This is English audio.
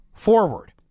forward